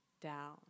down